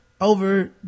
over